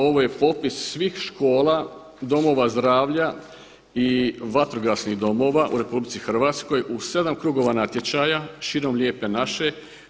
Ovo je popis svih škola, domova zdravlja i vatrogasnih domova u RH u 7 krugova natječaja širom Lijepe naše.